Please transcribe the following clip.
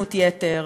בשמאלנות יתר,